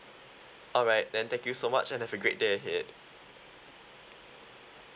alright then thank you so much and have a great day ahead